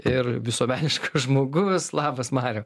ir visuomeniškas žmogus labas mariau